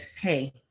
hey